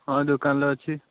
ହଁ ଦୋକାନରେ ଅଛି